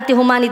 אנטי-הומני,